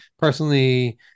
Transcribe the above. personally